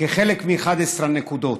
כחלק מ-11 הנקודות.